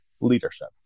leadership